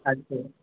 اچھا